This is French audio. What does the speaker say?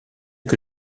que